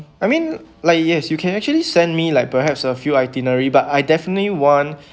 I mean like yes you can actually send me like perhaps a few itinerary but I definitely want